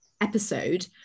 episode